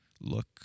look